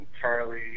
Charlie